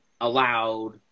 allowed